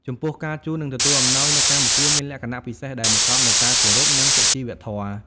ចំពោះ ការជូន និងទទួលអំណោយនៅកម្ពុជាមានលក្ខណៈពិសេស ដែលបង្កប់នូវការគោរព និងសុជីវធម៌។